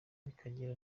bikagira